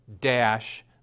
dash